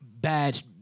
bad